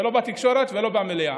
לא בתקשורת ולא במליאה.